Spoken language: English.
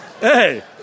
hey